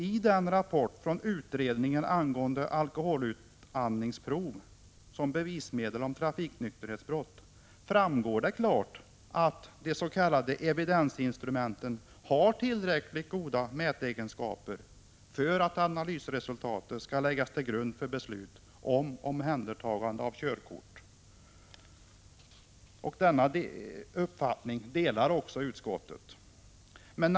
I rapporten från utredningen angående alkoholutandningsprov som bevismedel vid trafiknykterhetsbrott framgår det klart att de s.k. evidensinstrumenten har tillräckligt goda mätegenskaper för att analysresultatet skall kunna läggas till grund för beslut om omhändertagande av körkort. Utskottet delar denna uppfattning.